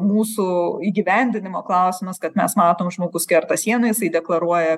mūsų įgyvendinimo klausimas kad mes matom žmogus kerta sieną jisai deklaruoja